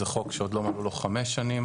זה חוק שעוד לא מלאו לו 5 שנים.